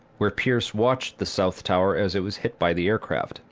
where pierce watched the south tower as it was hit by the aircraft.